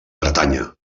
bretanya